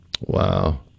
Wow